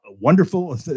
wonderful